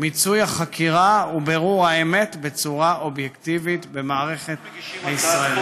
מיצוי החקירה ובירור האמת בצורה אובייקטיבית במערכת הישראלית.